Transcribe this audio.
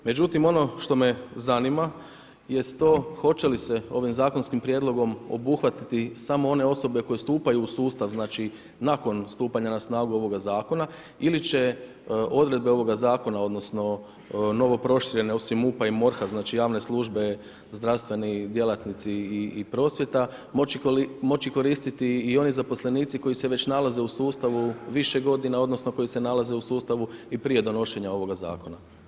Međutim ono što me zanima jest to hoće li se ovim zakonskim prijedlogom obuhvatiti samo one osobe koje stupaju u sustav, znači nakon stupanja na snagu ovoga zakona, ili će odredbe ovoga zakona odnosno novoproširene osim MUP-a i MORH-a znači javne službe, zdravstveni djelatnici i prosvjeta moći koristiti i oni zaposlenici koji se već nalaze u sustavu više godina odnosno koji se nalaze u sustavu i prije donošenja ovoga zakona.